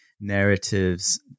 narratives